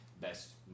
best